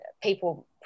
people